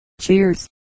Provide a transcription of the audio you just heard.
Cheers